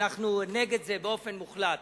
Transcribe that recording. אנחנו נגד זה באופן מוחלט.